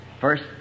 First